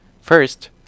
First